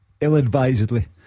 Ill-advisedly